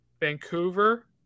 Vancouver